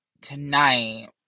tonight